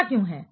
ऐसा क्यों है